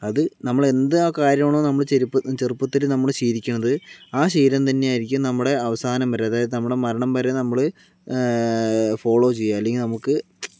അത് നമ്മള് എന്ത് കാര്യമാണോ നമ്മള് ചെരുപ്പ് ചെറുപ്പത്തില് നമ്മള് ശീലിയ്ക്കുന്നത് ആ ശീലം തന്നെ ആയിരിക്കും നമ്മുടെ അവസാനം വരെ നമ്മടെ മരണം വരെ നമ്മള് ഫോളോ ചെയ്യുക അല്ലെങ്കിൽ നമുക്ക്